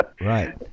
right